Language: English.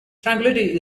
tranquillity